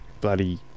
bloody